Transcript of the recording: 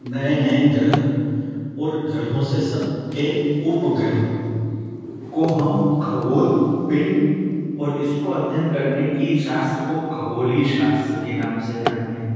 नए नए ग्रह और ग्रहों से के उपग्रह को हम खगोल पिण्ड और इसको अध्ययन करने की शास्त्र को खगोलीय शास्त्र के नाम से जानते हैं हैं